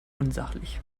unsachlich